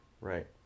right